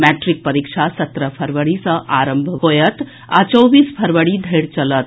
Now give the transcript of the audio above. matric परीक्षा सत्रह फरवरी सँ आरंभ होयत आ चौबीस फरवरी धरि चलत